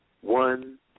one